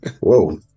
whoa